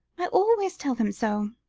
i always tell him so.